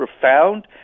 profound